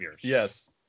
Yes